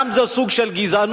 גם זה סוג של גזענות.